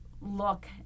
look